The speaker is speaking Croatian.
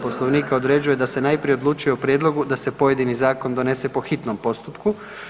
Poslovnika određuje da se najprije odlučuje o prijedlogu da se pojedini zakon donese po hitnom postupku.